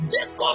Jacob